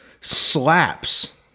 slaps